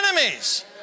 enemies